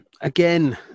again